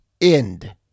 end